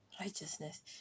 righteousness